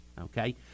Okay